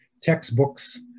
textbooks